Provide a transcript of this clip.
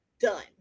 Done